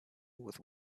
with